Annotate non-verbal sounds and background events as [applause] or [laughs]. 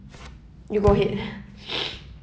you go ahead [laughs] [noise]